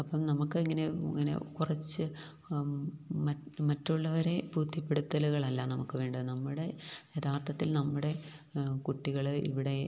അപ്പം നമുക്കിങ്ങനെ ഇങ്ങനെ കുറച്ച് മറ്റുള്ളവരെ ബോധ്യപ്പെടുത്തലുകളല്ല നമുക്ക് വേണ്ടത് നമ്മുടെ യഥാർത്ഥത്തിൽ നമ്മുടെ കുട്ടികളിവിടെ